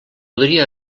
podia